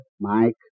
Mike